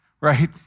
right